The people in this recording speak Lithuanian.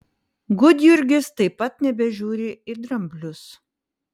gudjurgis taip pat nebežiūri į dramblius